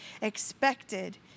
expected